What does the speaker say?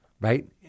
right